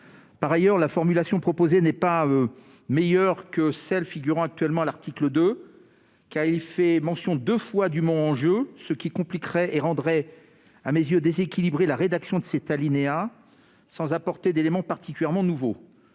Par ailleurs, la formulation proposée n'est pas meilleure que celle qui figure actuellement à l'article 2, car elle fait mention par deux fois du mot « enjeux », ce qui complique et déséquilibre la rédaction de l'alinéa, sans apporter d'élément particulièrement nouveau.